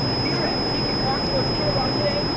here at kickn' cockroach karate,